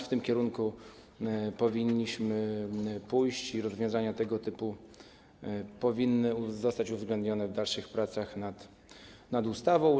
W tym kierunku powinniśmy pójść i rozwiązania tego typu powinny zostać uwzględnione w dalszych pracach nad ustawą.